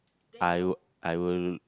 I will I will